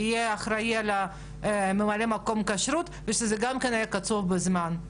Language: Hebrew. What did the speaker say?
יהיה ממלא מקום כשרות ושזה גם כן יהיה קצוב בזמן.